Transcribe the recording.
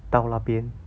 到那边